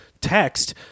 text